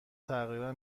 تقریبا